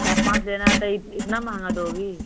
चार पाँच लेना है तो इतना महंगा दोगी